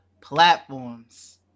platforms